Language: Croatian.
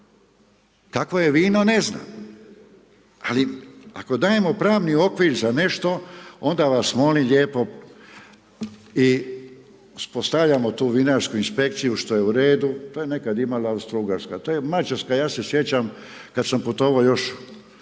Kakvo je vino, ne znam, ali ako dajemo pravni okvir za nešto, onda vas molim lijepo i uspostavljamo tu vinarsku inspekciju što je u redu, to je nekad imala Austro-ugarska. To je Mađarska, ja se sjećam kad sam putovao još